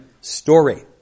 story